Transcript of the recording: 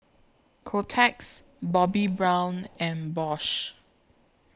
Kotex Bobbi Brown and Bosch